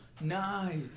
Nice